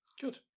Good